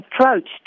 approached